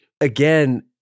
Again